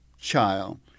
child